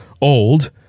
old